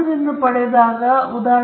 ನಾವು ಜನಸಂಖ್ಯೆಯೊಂದಿಗೆ ಏಕೆ ವ್ಯವಹರಿಸಬೇಕು